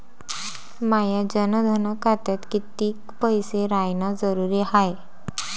माया जनधन खात्यात कितीक पैसे रायन जरुरी हाय?